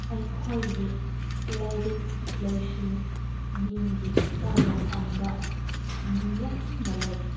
ꯑꯩꯈꯣꯏꯒꯤ ꯂꯥꯏꯔꯤꯛ ꯂꯥꯏꯁꯨ ꯃꯤꯡꯒꯤ ꯑꯣꯏꯅ ꯇꯝꯕ ꯃꯤ ꯌꯥꯝꯅ ꯂꯩ